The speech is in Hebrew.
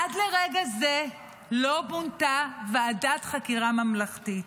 עד לרגע הזה לא מונתה ועדת חקירה ממלכתית.